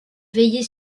veiller